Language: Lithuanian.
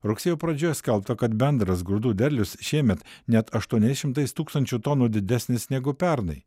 rugsėjo pradžioje skelbta kad bendras grūdų derlius šiemet net aštuoniais šimtais tūkstančių tonų didesnis negu pernai